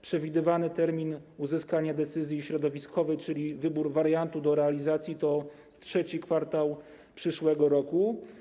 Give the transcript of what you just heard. Przewidywany termin uzyskania decyzji środowiskowej, czyli wybór wariantu do realizacji, to III kwartał przyszłego roku.